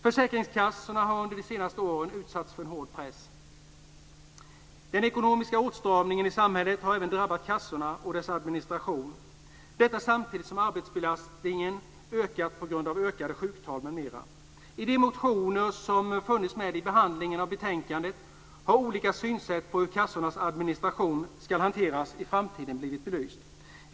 Försäkringskassorna har under de senaste åren utsatts för hård press. Den ekonomiska åtstramningen i samhället har även drabbat kassorna och dess administration. Det har skett samtidigt som arbetsbelastningen ökat på grund av ökade sjuktal m.m. I de motioner som funnits med i behandlingen av betänkandet har olika synsätt på hur kassornas administration ska hanteras i framtiden blivit belysta.